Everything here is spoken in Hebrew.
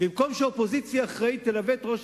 במקום שאופוזיציה אחראית תלווה את ראש